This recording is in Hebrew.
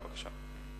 בבקשה.